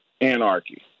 anarchy